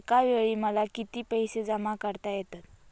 एकावेळी मला किती पैसे जमा करता येतात?